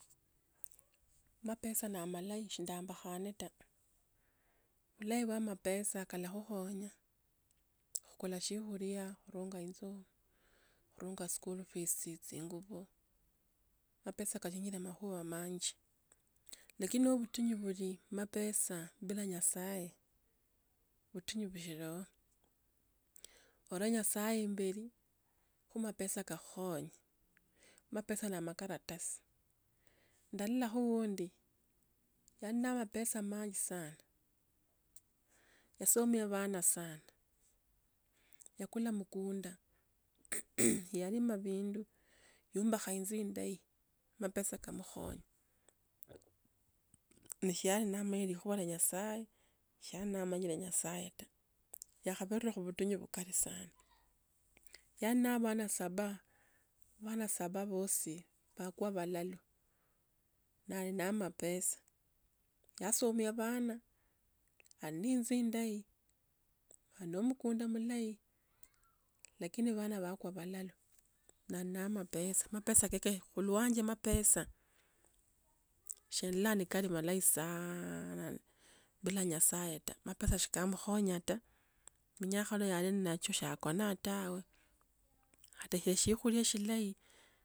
Mapesa na amalayi shindabhakhane ta, bhulayi ba amapesa khala khukhonya, kukula siokhulia, kurunga inzo, kurunga school fees tsi chingubo. Mapesa kali nende makhuwa manji. Lakini oo matinyu bhuli mapesa bila nyasaye, butinyu busilio. Ora nyasaye embeli khu mapesa kakhonye. Mapesa na makaratasi. Ndalolakho undi, yani na mapesa manji sana. Yasomia bana sana, yakula mkunda yali mabhindu, yombakha inju indayi, mapesa kamkhonye Neishali na meri khopare nyasaye, chana ma nyire nyasaye ta. Yakhabira kophitinyu mkali sana. Yani nabana saba, bana saba bosi pakwa phalalu, naye na mapesa, yasomia bana, ani enzu ne indayi, no mkunda mulayi ,lakini bana bakhwa balalu na na mapesa. mapesa kheke kholwanje mapesa shenlila likari na malayi saaaana bila nyasaye taa mapesa shikambo honya ta, munyakho relanachosha ako, na tawe. Otekha siokhulia silayi khulia.